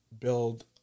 build